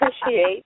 appreciate